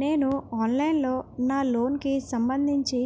నేను ఆన్లైన్ లో నా లోన్ కి సంభందించి